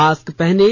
mask पहनें